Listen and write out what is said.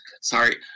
Sorry